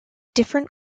different